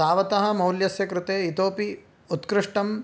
तावत् मौल्यस्य कृते इतोऽपि उत्कृष्टम्